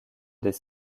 des